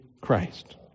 Christ